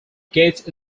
gets